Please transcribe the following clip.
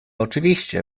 oczywiście